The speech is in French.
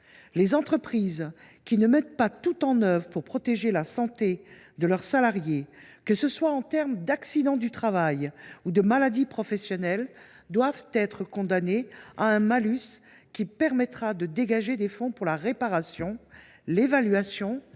Les entreprises qui ne mettent pas tout en œuvre pour protéger leurs salariés des accidents du travail et des maladies professionnelles doivent être condamnées à un malus qui permettra de dégager des fonds pour la réparation, l’évaluation et la prévention